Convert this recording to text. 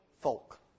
folk